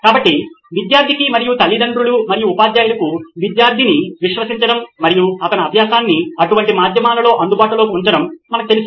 కాబట్టి విద్యార్థికి మరియు తల్లిదండ్రులు మరియు ఉపాధ్యాయులకు విద్యార్థిని విశ్వసించడం మరియు అతని అభ్యాసాన్ని అటువంటి మాధ్యమాలలో అందుబాటులో ఉంచడం మనకు తెలుసు